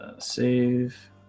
Save